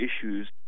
issues